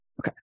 Okay